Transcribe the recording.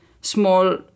small